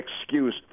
excuse